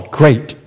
great